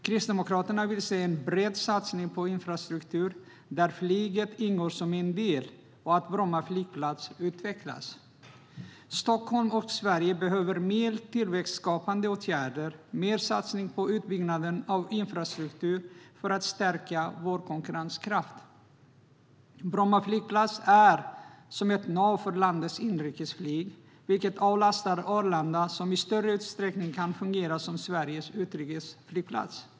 Kristdemokraterna vill se en bred satsning på infrastruktur där flyget ingår som en del och Bromma flygplats utvecklas. Stockholm och Sverige behöver mer tillväxtskapande åtgärder och mer satsning på utbyggnad av infrastruktur för att stärka sin konkurrenskraft. Bromma flygplats är som ett nav för landets inrikesflyg, vilket avlastar Arlanda som i större utsträckning kan fungera som Sveriges utrikesflygplats.